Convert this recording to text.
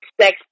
sex